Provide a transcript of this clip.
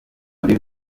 muri